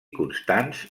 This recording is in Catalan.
constants